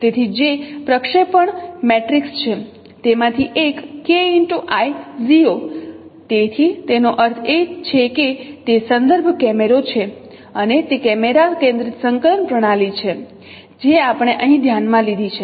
તેથી જે પ્રક્ષેપણ મેટ્રિક્સ છે તેમાંથી એક તેથી તેનો અર્થ એ કે તે સંદર્ભ કેમેરો છે અને તે કેમેરા કેન્દ્રિત સંકલન પ્રણાલી છે જે આપણે અહીં ધ્યાનમાં લીધી છે